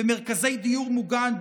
במרכזי דיור מוגן,